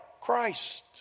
christ